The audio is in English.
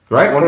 Right